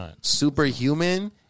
Superhuman